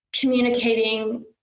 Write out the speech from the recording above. communicating